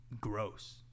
Gross